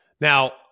Now